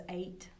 eight